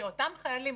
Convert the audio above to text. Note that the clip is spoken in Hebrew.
שאותם חיילים,